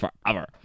forever